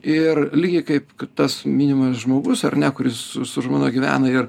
ir lygiai kaip kad tas minimas žmogus ar ne kuris su su žmona gyvena ir